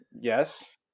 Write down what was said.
Yes